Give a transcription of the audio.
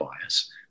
bias